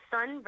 Sun